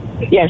Yes